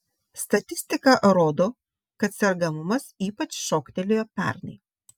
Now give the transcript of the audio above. statistika rodo kad sergamumas ypač šoktelėjo pernai